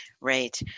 Right